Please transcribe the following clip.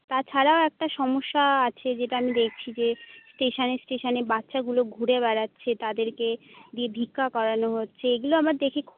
তাছাড়াও একটা সমস্যা আছে যেটা আমি দেখছি যে স্টেশনে স্টেশনে বাচ্চাগুলো ঘুরে বেড়াচ্ছে তাদেরকে দিয়ে ভিক্ষা করানো হচ্ছে এগুলো আমার দেখে